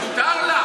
מותר לה.